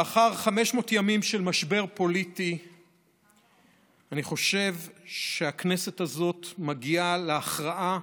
לאחר 500 ימים של משבר פוליטי אני חושב שהכנסת הזאת מגיעה להכרעה